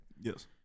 Yes